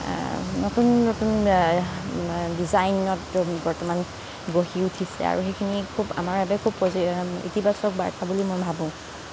নতুন নতুন ডিজাইনত বৰ্তমান গঢ়ি উঠিছে আৰু সেইখিনি খুব আমাৰ বাবে খুব ইতিবাচক বাৰ্তা বুলি মই ভাবোঁ